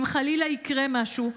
אם חלילה יקרה משהו,